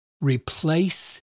replace